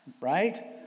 Right